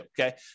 okay